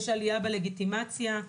יש עלייה בלגיטימציה לדווח.